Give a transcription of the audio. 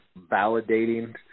validating